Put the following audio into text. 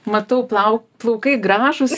matau plau plaukai gražūs